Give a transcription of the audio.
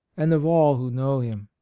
and of all who know him.